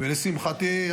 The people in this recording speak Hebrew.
לשמחתי,